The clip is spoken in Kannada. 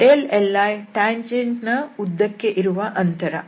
li ಟ್ಯಾಂಜೆಂಟ್ನ ಉದ್ದಕ್ಕೆ ಇರುವ ಅಂತರ